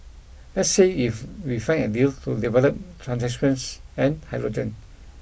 let's see if we find a deal to develop transmissions and hydrogen